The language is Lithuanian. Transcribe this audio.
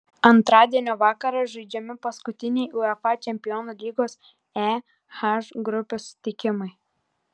antradienio vakarą žaidžiami paskutiniai uefa čempionų lygos e h grupių susitikimai